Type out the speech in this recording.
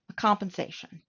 compensation